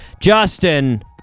justin